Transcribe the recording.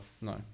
no